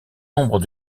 nombre